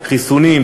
חיסונים,